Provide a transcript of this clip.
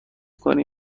کنی